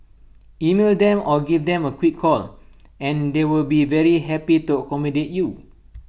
email them or give them A quick call and they will be very happy to accommodate you